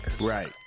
Right